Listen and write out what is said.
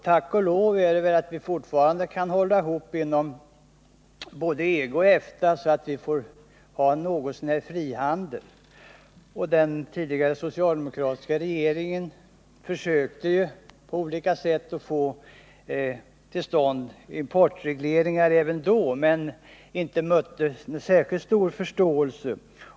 Tack och lov att vi fortfarande kan hålla ihop med länderna inom både EG och EFTA så att vi får ha något så när fri handel. Den tidigare socialdemokratiska regeringen försökte på olika sätt att få till stånd importregleringar men mötte inte särskilt stor förståelse.